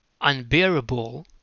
unbearable